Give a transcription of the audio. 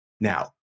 Now